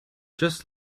just